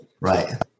right